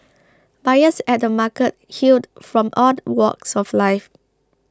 buyers at the markets hailed from all walks of life